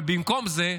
אבל, במקום זה,